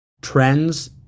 trends